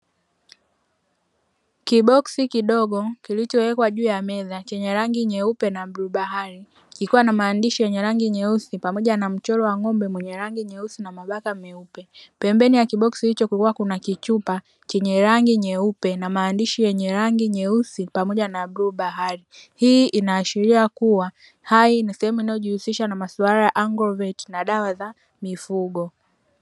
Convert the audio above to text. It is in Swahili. Kiboksi kidogo kilichowekwa juu ya meza chenye rangi nyeupe na bluu bahari, kikiwa na maandishi yenye rangi nyeusi pamoja na mchoro wa ng’ombe mwenye rangi nyeusi na mabaka meupe, pembeni ya kiboksi chicho kukiwa na kichupa chenye rangi nyeupe na maandishi yenye rangi nyeusi pamoja na ya bluu bahari, hii ina ashiria kuwa ni sehemu inayojihusisha na maswala ya agroveti na dawa za mifugo.